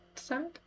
sad